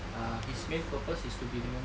uh his main purpose is to be remembered